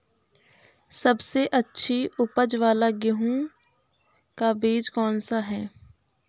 सबसे अच्छी उपज वाला गेहूँ का बीज कौन सा है?